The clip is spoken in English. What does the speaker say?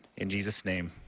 in jesus' name,